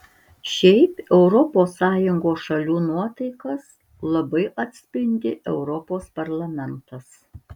šiaip europos sąjungos šalių nuotaikas labai atspindi europos parlamentas